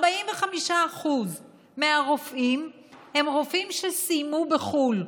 45% מהרופאים הם רופאים שסיימו בחו"ל,